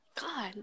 God